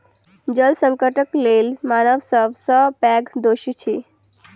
जल संकटक लेल मानव सब सॅ पैघ दोषी अछि